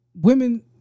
women